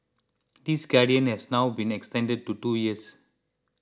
this guidance has now been extended to two years